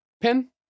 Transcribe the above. pin